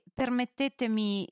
permettetemi